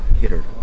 hitter